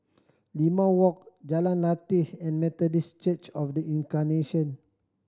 Limau Walk Jalan Lateh and Methodist Church Of The Incarnation